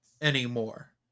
anymore